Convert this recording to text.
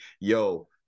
Yo